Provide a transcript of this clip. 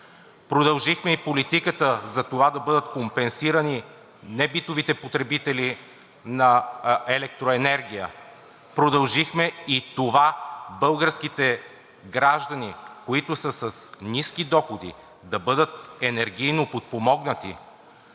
Продължихме политиката и за това да бъдат компенсирани небитовите потребители на електроенергия. Продължихме и това –българските граждани, които са с ниски доходи, да бъдат енергийно подпомогнати.